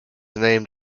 named